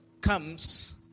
comes